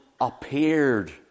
appeared